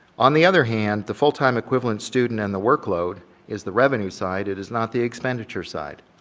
on the other hand, the full-time equivalent student and the workload is the revenue side, it is not the expenditure side,